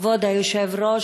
כבוד היושב-ראש,